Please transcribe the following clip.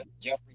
Jeffrey